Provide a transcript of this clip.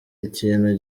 ikintu